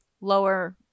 lower